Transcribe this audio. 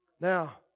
Now